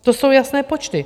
To jsou jasné počty.